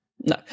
No